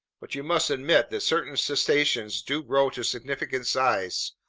but you must admit that certain cetaceans do grow to significant size,